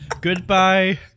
Goodbye